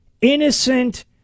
innocent